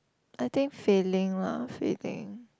I think failing lah failing